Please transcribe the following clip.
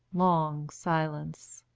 long silence.